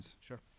Sure